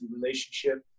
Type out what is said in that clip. relationship